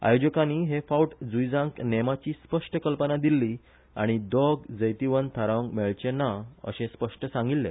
आयोजकांनी हे फावट जुईजांक नेमाची स्पष्ट कल्पना दिल्ली आनी दोग जैतिवंत थारावंक मेळचे ना अशे स्पष्ट सांगिल्ले